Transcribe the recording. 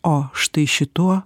o štai šituo